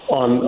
on